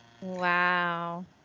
Wow